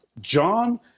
John